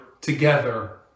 together